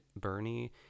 Bernie